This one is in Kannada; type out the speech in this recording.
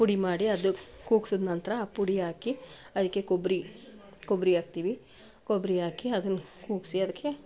ಪುಡಿ ಮಾಡಿ ಅದು ಕೂಗ್ಸಿದ ನಂತರ ಆ ಪುಡಿ ಹಾಕಿ ಅದಕ್ಕೆ ಕೊಬ್ಬರಿ ಕೊಬ್ಬರಿ ಹಾಕ್ತೀವಿ ಕೊಬ್ಬರಿ ಹಾಕಿ ಅದನ್ನ ಕೂಗಿಸಿ ಅದಕ್ಕೆ